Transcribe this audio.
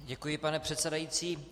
Děkuji, pane předsedající.